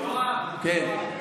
יואב,